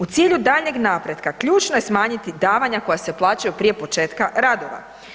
U cilju daljnjeg napretka ključno je smanjiti davanja koja se plaćaju prije početka radova.